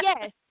Yes